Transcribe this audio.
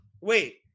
wait